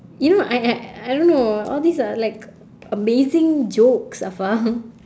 you know I I I don't know all these are like amazing jokes afar